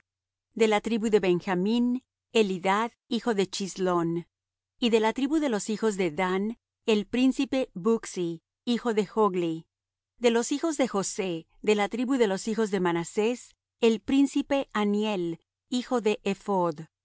de la tribu de benjamín elidad hijo de chislón y de la tribu de los hijos de dan el príncipe bucci hijo de jogli de los hijos de josé de la tribu de los hijos de manasés el príncipe haniel hijo de